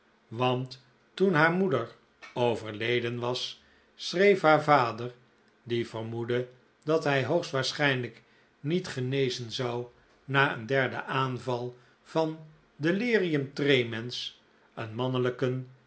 want toen haar moeder overleden was schreef haar vader die vermoedde dat hij hoogstwaarschijnlijk niet genezen zou na een derden aanval van delirium tremens een mannelijken